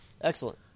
Excellent